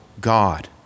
God